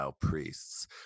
priests